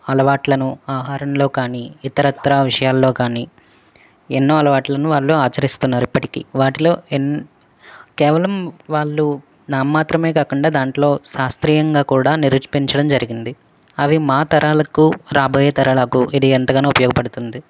అలవాట్లను ఆహారంలో కానీ ఇతరత్రా విషయాల్లో కానీ ఎన్నో అలవాటులను వాళ్ళు ఆచరిస్తున్నారు ఇప్పటికీ వాటిలో ఎన్నో కేవలం వాళ్ళు నామమాత్రమే కాకుండా దాంట్లో శాస్త్రీయంగా కూడా నిరూపించడం జరిగింది అవి మా తరాలకు రాబోయే తరాలకు ఇది ఎంతగానో ఉపయోగపడుతుంది